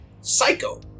Psycho